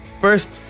first